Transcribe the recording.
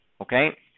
Okay